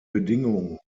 bedingung